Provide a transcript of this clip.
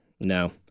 No